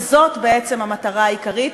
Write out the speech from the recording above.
וזאת בעצם המטרה העיקרית,